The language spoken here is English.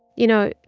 you know,